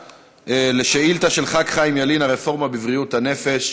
אנחנו עוברים לשאילתה של חבר הכנסת חיים ילין: הרפורמה בבריאות הנפש.